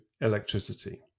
electricity